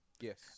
Yes